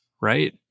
right